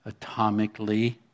atomically